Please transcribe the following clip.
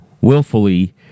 willfully